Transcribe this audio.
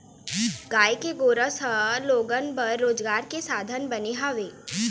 गाय के गोरस ह लोगन बर रोजगार के साधन बने हवय